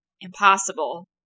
Impossible